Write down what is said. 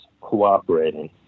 cooperating